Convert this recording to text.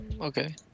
Okay